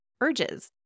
urges